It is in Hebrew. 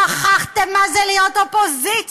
אתם שכחתם מה זה להיות אופוזיציה,